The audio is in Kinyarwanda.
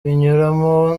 binyuramo